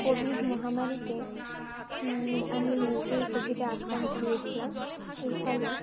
Covid মহামারীতে আমি নিজেই কোভিডে আক্রান্ত হয়েছিলাম এর ফলে